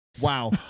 Wow